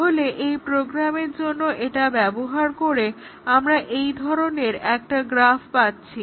তাহলে এই প্রোগ্রামের জন্য এটা ব্যবহার করে আমরা এই ধরনের একটা গ্রাফ পাচ্ছি